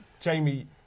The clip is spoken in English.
Jamie